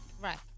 Right